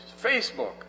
Facebook